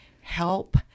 help